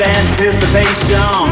anticipation